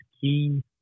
key